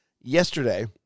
yesterday